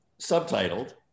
subtitled